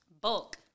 BULK